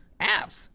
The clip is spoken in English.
apps